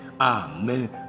Amen